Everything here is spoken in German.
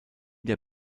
der